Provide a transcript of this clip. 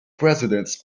presidents